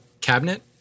cabinet